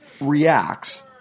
reacts